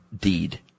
deed